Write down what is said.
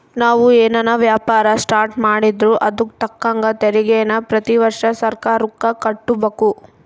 ನಾವು ಏನನ ವ್ಯಾಪಾರ ಸ್ಟಾರ್ಟ್ ಮಾಡಿದ್ರೂ ಅದುಕ್ ತಕ್ಕಂಗ ತೆರಿಗೇನ ಪ್ರತಿ ವರ್ಷ ಸರ್ಕಾರುಕ್ಕ ಕಟ್ಟುಬಕು